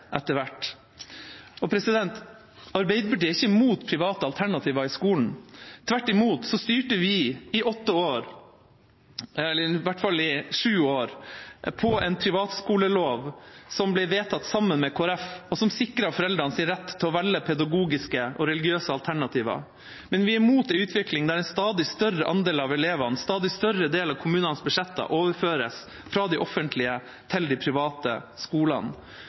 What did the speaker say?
etter hvert. Arbeiderpartiet er ikke imot private alternativ i skolen. Tvert imot styrte vi i åtte år – eller i hvert fall i sju år – på en privatskolelov som ble vedtatt sammen med Kristelig Folkeparti, og som sikret foreldrenes rett til å velge pedagogiske og religiøse alternativ. Men vi er imot en utvikling der en stadig større andel av elevene og en stadig større del av kommunenes budsjetter overføres fra de offentlige skolene til de private skolene.